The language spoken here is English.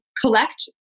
collect